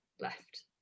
left